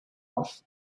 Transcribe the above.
off